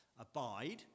abide